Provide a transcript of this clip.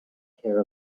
care